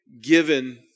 Given